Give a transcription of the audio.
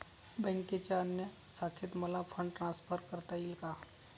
बँकेच्या अन्य शाखेत मला फंड ट्रान्सफर करता येईल का?